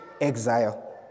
exile